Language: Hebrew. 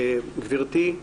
גבירתי.